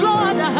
Lord